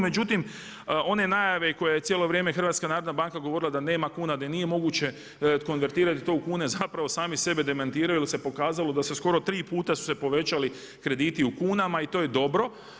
Međutim, one najave koje je cijelo vrijeme HNB govorila da nema kuna, da nije moguće konvertirati to u kune zapravo sami sebe demantiraju jer se pokazalo da se skoro tri puta su se povećali krediti u kunama i to je dobro.